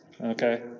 Okay